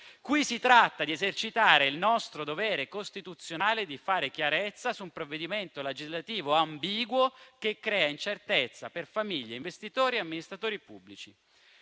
Si tratta di esercitare il nostro dovere costituzionale di fare chiarezza su un provvedimento legislativo ambiguo che crea incertezza per famiglie, investitori e amministratori pubblici.